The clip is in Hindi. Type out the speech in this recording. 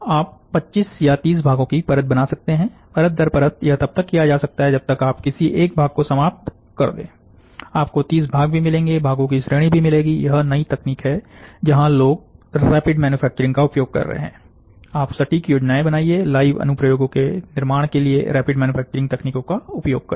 आप 25 या 30 भागों की परत बना सकते हैं परत दर परत यह तब तक किया जा सकता है जब तक आप किसी एक भाग को समाप्त कर दें आपको 30 भाग भी मिलेंगे भागो की श्रेणी भी बनेगी यह नई तकनीक है जहां लोग रैपिड मैन्युफैक्चरिंग का उपयोग कर रहे हैं आप सटीक योजना बनाइए लाइव अनुप्रयोगों के निर्माण के लिए रैपिड मैन्युफैक्चरिंग तकनीकों का उपयोग करिए